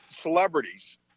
celebrities